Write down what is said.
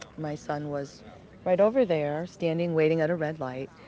my son was right over there, standing waiting at a red light.